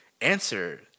answer